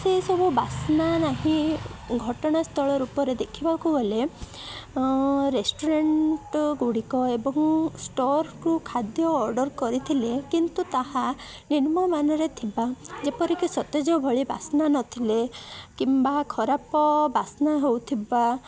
ସେସବୁ ବାସ୍ନା ନାହିଁ ଘଟଣା ସ୍ଥଳ ରୂପରେ ଦେଖିବାକୁ ଗଲେ ରେଷ୍ଟୁରାଣ୍ଟଗୁଡ଼ିକ ଏବଂ ଷ୍ଟୋରକୁ ଖାଦ୍ୟ ଅର୍ଡ଼ର କରିଥିଲେ କିନ୍ତୁ ତାହା ନିମ୍ନ ମାନରେ ଥିବା ଯେପରିକି ସତେଜ ଭଳି ବାସ୍ନା ନଥିଲେ କିମ୍ବା ଖରାପ ବାସ୍ନା ହଉଥିବା